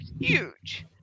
huge